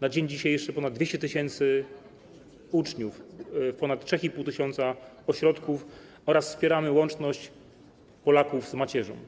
na dzień dzisiejszy ponad 200 tys. uczniów w ponad 3,5 tys. ośrodków - oraz wspieramy łączność Polaków z macierzą.